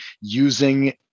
using